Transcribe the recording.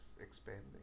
expanding